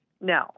No